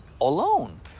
alone